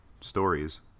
stories